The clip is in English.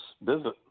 visit